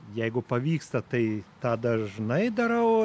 jeigu pavyksta tai tą dažnai darau